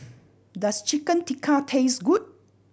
does Chicken Tikka taste good